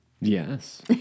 Yes